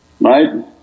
right